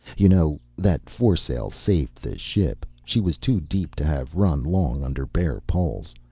you know, that foresail saved the ship. she was too deep to have run long under bare poles.